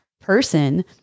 person